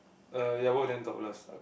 uh yeah both of them topless